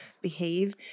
behave